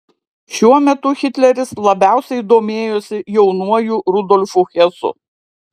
šiuo metu hitleris labiausiai domėjosi jaunuoju rudolfu hesu